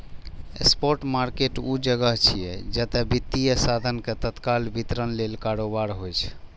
spot market ऊ जगह छियै, जतय वित्तीय साधन के तत्काल वितरण लेल कारोबार होइ छै